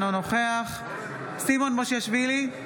אינו נוכח סימון מושיאשוילי,